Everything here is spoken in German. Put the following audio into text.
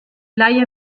leihe